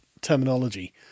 terminology